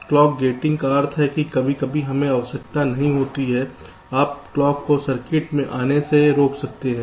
clock gating का अर्थ है कभी कभी हमें आवश्यकता नहीं होती है आप क्लॉक को सर्किट में आने से रोक सकते हैं